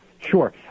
Sure